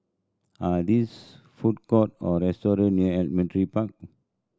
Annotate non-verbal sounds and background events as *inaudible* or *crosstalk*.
are these food court or restaurant near *unintelligible* Park